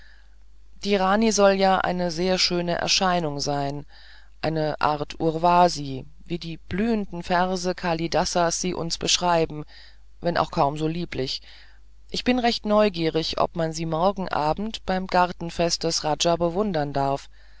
die rani soll ja eine sehr schöne erscheinung sein eine art urvasi wie die blühenden verse kalidasas sie uns beschreiben wenn auch kaum so lieblich ich bin recht neugierig ob man sie morgen abend beim gartenfest des raja bewundern darf